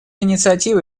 инициатива